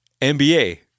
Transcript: NBA